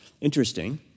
Interesting